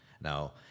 Now